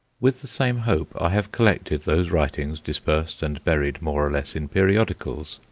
with the same hope i have collected those writings, dispersed and buried more or less in periodicals.